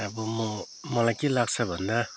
अब म मलाई के लाग्छ भन्दा